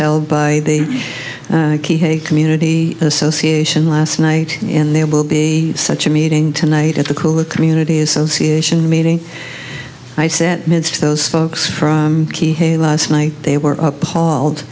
held by the key had a community association last night in there will be such a meeting tonight at the cooler community association meeting i said to those folks from key hey last night they were appalled